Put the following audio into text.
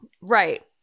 Right